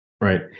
Right